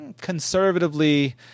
conservatively